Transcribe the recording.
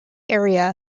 area